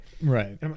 Right